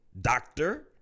doctor